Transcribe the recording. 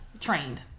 trained